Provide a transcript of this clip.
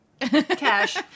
cash